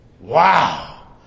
Wow